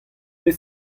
bet